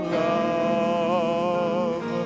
love